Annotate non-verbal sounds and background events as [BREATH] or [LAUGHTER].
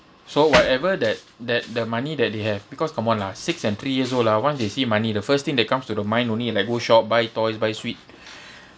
so whatever that that the money that they have because come on lah six and three years old ah once they see money the first thing that comes to the mind only like go shop buy toys buy sweet [BREATH]